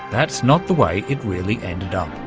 that's not the way it really ended up.